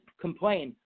complain